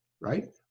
right